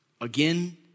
again